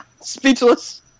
Speechless